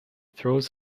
throws